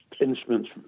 instruments